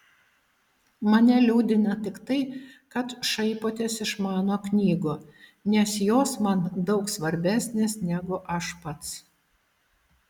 mane liūdina tik tai kad šaipotės iš mano knygų nes jos man daug svarbesnės negu aš pats